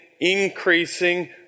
increasing